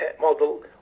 model